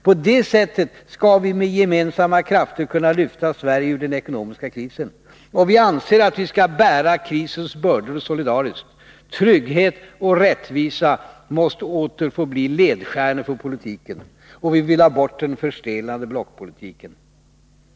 På det sättet skall vi med gemensamma krafter kunna lyfta Sverige ur den ekonomiska krisen. Och vi anser att vi skall bära krisens bördor solidariskt. Trygghet och rättvisa måste åter få bli ledstjärnor för politiken. Och vi vill bort från den förstelnade blockpolitiken.